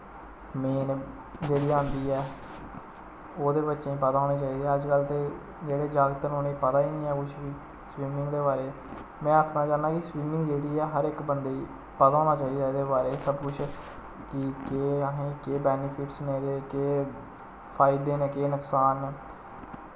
main जेह्ड़ी आंदी ऐ ओह् ते बच्चें गी पता होना चाहिदा अज्जकल ते जेह्ड़े जागत न उ'नेंगी पता गै नी ऐ कुछ बी स्विमिंग दे बारे च में आखना चाह्न्नां कि स्विमिंग जेह्ड़ी ऐ हर इक बंदे गी पता होना चाहिदा एह्दे बारे च कि केह् असेंही केह् बैनिफिटस न एह्दे केह् फायदे न केह् नकसान न